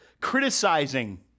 criticizing